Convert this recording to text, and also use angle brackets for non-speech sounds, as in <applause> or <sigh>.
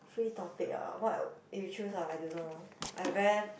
free topic ah what you choose ah I don't know <noise> I very